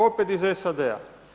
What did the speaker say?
Opet iz SAD-a.